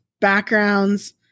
backgrounds